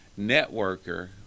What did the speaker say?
networker